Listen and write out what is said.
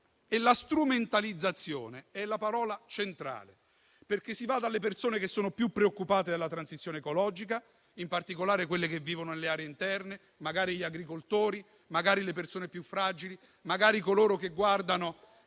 "Strumentalizzazione" è la parola centrale, perché si va dalle persone che sono più preoccupate dalla transizione ecologica, in particolare quelle che vivono nelle aree interne, magari gli agricoltori, le persone più fragili, coloro che guardano